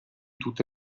tutte